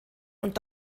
und